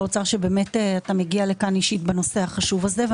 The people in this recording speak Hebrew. שבאמת אתה מגיע לכאן אישית בנושא החשוב הזה.